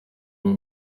rwo